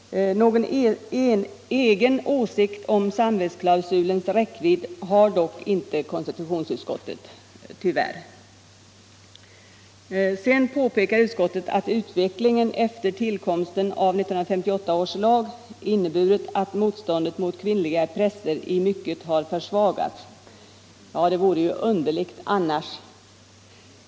Någon egen åsikt om samvetsklausulens räckvidd har dock inte konstitutionsutskottet — tyvärr. Sedan påpekar utskottet att utvecklingen efter tillkomsten av 1958 års lag inneburit att motståndet mot kvinnliga präster i mycket har försvagats. Ja, det vore ju underligt annars.